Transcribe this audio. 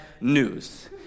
news